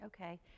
Okay